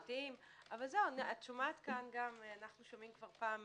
אבל את שומעת כאן אנחנו שומעים כבר בפעם